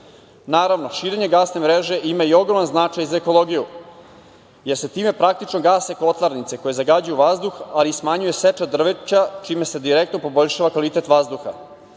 Naravno, širenje gasne mreže ima i ogroman značaj za ekologiju, jer se time praktično gase kotlarnice koje zagađuju vazduh, ali i smanjuje seča drveća čime se direktno poboljšava kvalitet vazduha. Na